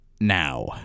now